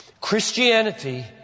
Christianity